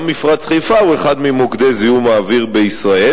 גם מפרץ חיפה הוא אחד ממוקדי זיהום האוויר בישראל.